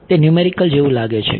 તે ન્યુમેરિકલ જેવું લાગે છે